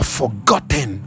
forgotten